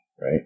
right